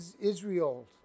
Israel